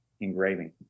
engraving